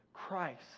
Christ